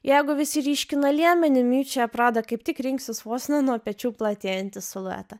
jeigu visi ryškina liemenį miučia prada kaip tik rinksis vos ne nuo pečių platėjantį siluetą